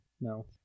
no